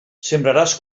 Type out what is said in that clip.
sembraràs